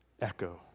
echo